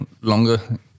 longer